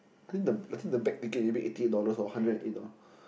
I think the I think the back ticket you paid eighty dollars or hundred and eight dollars